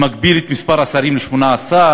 מגביל את מספר השרים ל-18,